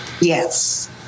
Yes